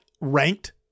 ranked